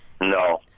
No